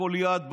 לכל יעד בעולם,